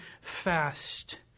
fast